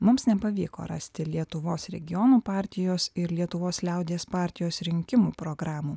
mums nepavyko rasti lietuvos regionų partijos ir lietuvos liaudies partijos rinkimų programų